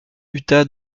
utah